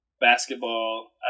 basketball